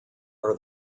are